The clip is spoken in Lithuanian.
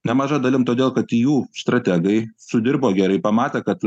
nemaža dalim todėl kad jų strategai sudirbo gerai pamatė kad